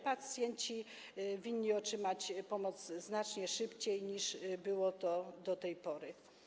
Pacjenci winni otrzymać pomoc znacznie szybciej, niż było to do tej pory.